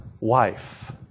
wife